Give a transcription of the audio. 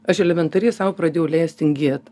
aš elementariai sau pradėjau leist tingėt